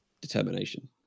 determination